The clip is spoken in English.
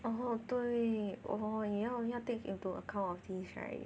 然后对我也要要 take into account of this right